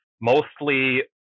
mostly